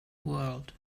world